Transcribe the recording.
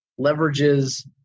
leverages